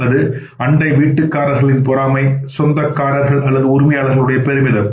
அது அண்டை வீட்டுக்காரர்களின்பொறாமை சொந்தக்காரர்களின் அல்லது உரிமையாளர்கள் பெருமிதம்